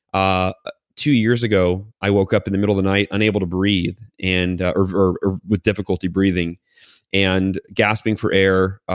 ah two years ago, i woke up in the middle of the night, unable to breathe and or or with difficulty breathing and gasping for air,